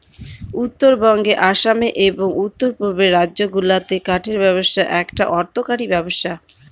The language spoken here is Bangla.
উত্তরবঙ্গে আসামে এবং উত্তর পূর্বের রাজ্যগুলাতে কাঠের ব্যবসা একটা অর্থকরী ব্যবসা